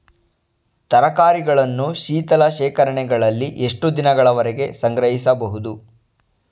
ತರಕಾರಿಗಳನ್ನು ಶೀತಲ ಶೇಖರಣೆಗಳಲ್ಲಿ ಎಷ್ಟು ದಿನಗಳವರೆಗೆ ಸಂಗ್ರಹಿಸಬಹುದು?